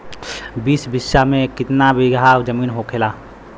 बीस बिस्सा में कितना बिघा जमीन होखेला?